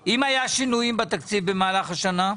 היו שינויים בתקציב במהלך השנה?